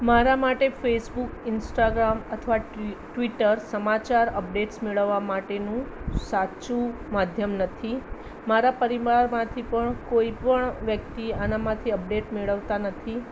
મારા માટે Facebook Instagram અથવા ટ્વિટર સમાચાર અપડેટ્સ મેળવવા માટેનું સાચું માધ્યમ નથી મારા પરિવારમાંથી પણ કોઈપણ વ્યક્તિ આનામાથી અપડેટ મેળવતા નથી